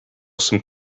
some